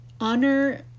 honor